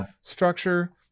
structure